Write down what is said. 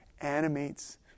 animates